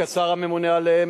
כשר הממונה עליהם,